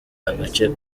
agace